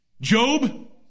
Job